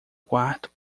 quarto